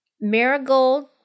marigold